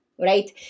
right